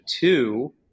two